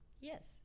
Yes